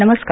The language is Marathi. नमस्कार